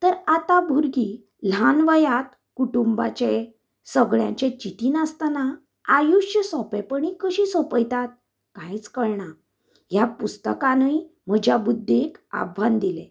तर आतां भुरगीं ल्हान वयार कुटुंबाचें सगळ्यांचे चिंतीनासतना आयुश्य सोंपेपणी कशें सोंपयतात कांयच कळना ह्या पुस्तकानय म्हज्या बुद्दीक आव्हान दिलें